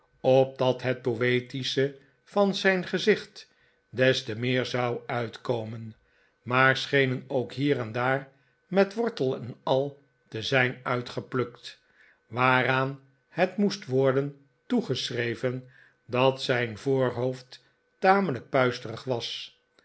opdat het poetische van zijn gezicht des te meer zou uitkomen maar schenen ook hier en daar met wortel en al te zijn uitgeplukt waaraan het moest worden toegeschreven dat zijn voorhoofd tamelijk puisterig was